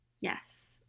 Yes